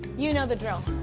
you know the drill.